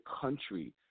country